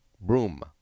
Broom